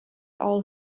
all